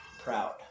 proud